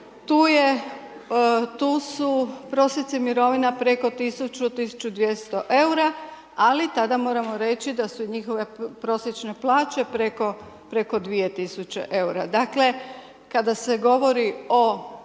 tu su prosjeci mirovina preko 1000, 1200 eura, ali tada moramo reći da su i njihove prosječne plaće preko 2000 eura. Dakle kada se govori o